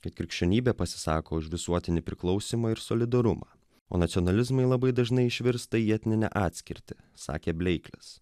kad krikščionybė pasisako už visuotinį priklausymą ir solidarumą o nacionalizmai labai dažnai išvirsta į etninę atskirtį sakė bleiklis